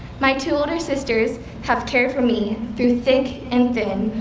my two older sisters have cared for me through thick and thin,